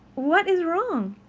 what is wrong?